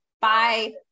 bye